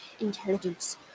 intelligence